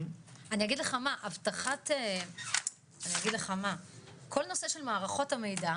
אני אגיד לך מה, כל נושא של מערכות המידע,